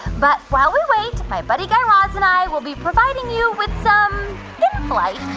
but while we wait, my buddy guy raz and i will be providing you with some like